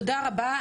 תודה רבה,